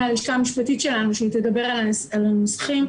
מהלשכה המשפטית שלנו שתדבר על הנוסחים.